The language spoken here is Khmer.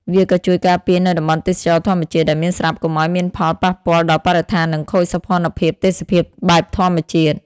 វាក៏ជួយការពារនៅតំបន់ទេសចរណ៍ធម្មជាតិដែលមានស្រាប់កុំឲ្យមានផលប៉ពាល់ដល់បរិស្ថាននិងខូចសោភ័ណភាពទេសភាពបែបធម្មជាតិ។